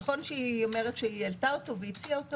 נכון שהיא אומרת שהיא העלתה והציעה אותו,